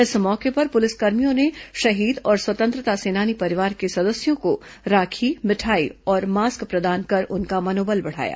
इस मौके पर पुलिसकर्मियों ने शहीद और स्वतंत्रता सेनानी परिवार के सदस्यों को राखी मिठाई और मास्क प्रदान कर उनका मनोबल बढ़ाया